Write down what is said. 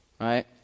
right